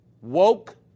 woke